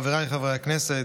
חבריי חברי הכנסת,